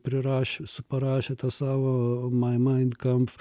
prirašė parašė tą savo ma main kamf